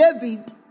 David